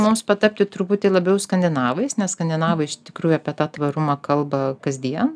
mums patapti truputį labiau skandinavais nes skandinavai iš tikrųjų apie tą tvarumą kalba kasdien